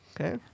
Okay